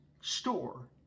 store